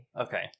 Okay